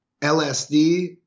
LSD